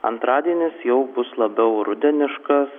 antradienis jau bus labiau rudeniškas